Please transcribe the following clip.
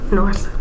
North